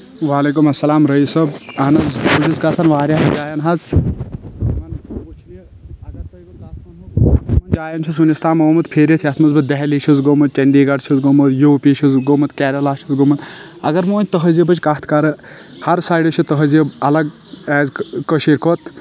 وعلیکُم اسلام رییٖس صٲب اہن حظ بہٕ چھُس گژھان واریاہن جاین حظ یِمَن وٕچھنہِ اگر تۄہہِ بہٕ کَتھ ونہَو بہٕ کٔمَن جایَن چھُس وُنیِس تام آمُت پھیٖرتھ یتھ منٛز بہٕ دہلی چھُس گوٚمُت چندی گڑ چھُس گوٚمُت یو پی چھُس گوٚمُت کیریلا چھُس گوٚومُت اگر بہٕ وۄنۍ تہزیٖبٕچ کتھ کرٕ ہر سایڈ چھُ تہزیب الگ ایز کٔشیٖر کھۄتہ